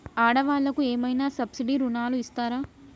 ఆడ వాళ్ళకు ఏమైనా సబ్సిడీ రుణాలు ఇస్తారా?